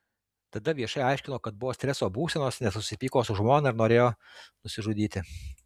tada viešai aiškino kad buvo streso būsenos nes susipyko su žmona ir norėjo nusižudyti